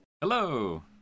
Hello